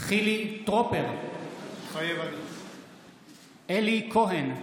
חילי טרופר, מתחייב אני אלי כהן,